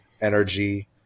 energy